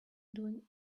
doing